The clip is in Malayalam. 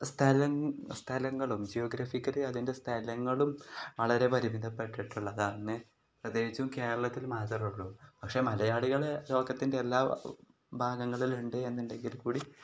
സ്ഥല സ്ഥലങ്ങളും ജിയോഗ്രാഫിക്കൽ അതിൻ്റെ സ്ഥലങ്ങളും വളരെ പരിമിധപ്പെട്ടിട്ടുള്ളത് തന്നെ പ്രത്യേകിച്ചും കേരളത്തിൽ മാത്രമുള്ളൂ പക്ഷേ മലയാളികളെ ലോകത്തിൻ്റെ എല്ലാ ഭാഗങ്ങളിലുമുണ്ട് എന്നുണ്ടെങ്കിൽ കൂടി